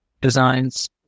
designs